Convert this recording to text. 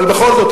אבל בכל זאת,